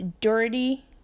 Dirty